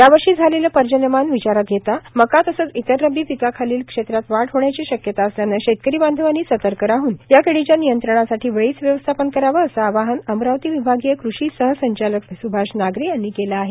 यावर्षी झालेले पर्जन्यमान विचारात घेता मका तसंच इतर रब्बी पिकाखलील क्षेत्रात वाढ होण्याची शक्यता असल्यानं शेतकरी बांधवांनी सतर्क राहन या किडीच्या नियंत्रणासाठी वेळीच व्यवस्थापन करावंए असं आवाहन अमरावती विभागीय कृषि सहसंचालक सुभाष नागरे यांनी केलं आहे